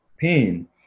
pain